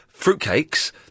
fruitcakes